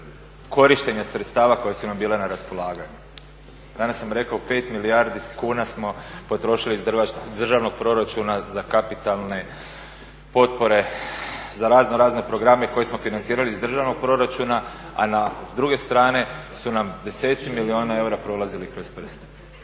korištenja sredstava koja su nam bila na raspolaganju. Danas sam rekao 5 milijardi kuna smo potrošili iz državnog proračuna za kapitalne potpore, za razno razne programe koje smo financirali iz državnog proračuna, a s druge strane su nam desetci miliona eura prolazili kroz prste.